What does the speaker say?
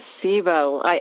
placebo